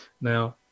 Now